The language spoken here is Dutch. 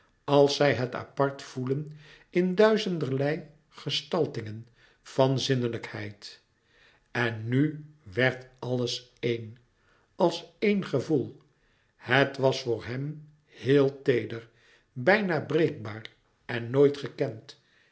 als zij het apart voelen in duizenderlei gestaltingen van zinnelijkheid en nu werd alles een als een gevoel het was voor hem heel teeder bijna breekbaar en nooit gekend